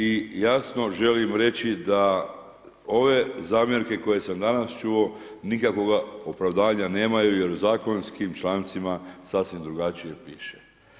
I jasno želim reći da ove zamjerke koje sam danas čuo nikakvoga opravdanja nemaju jer zakonskim člancima sasvim drugačije piše.